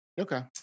Okay